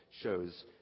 shows